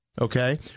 okay